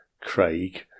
Craig